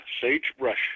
sagebrush